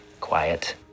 quiet